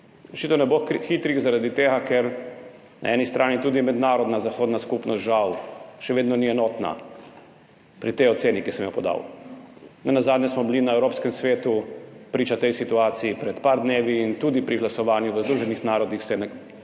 ne bo hitrih, zaradi tega, ker na eni strani tudi mednarodna zahodna skupnost žal še vedno ni enotna pri tej oceni, ki sem jo podal. Nenazadnje smo bili na Evropskem svetu priča tej situaciji pred nekaj dnevi in tudi pri glasovanju v Združenih narodih so nekatere